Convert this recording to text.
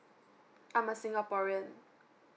I'm a singaporean